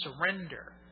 surrender